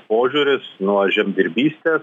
požiūris nuo žemdirbystės